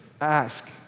Ask